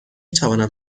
توانم